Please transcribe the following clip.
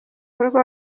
urwo